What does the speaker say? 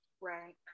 Right